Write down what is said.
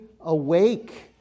awake